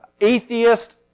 atheist